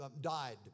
died